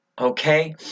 okay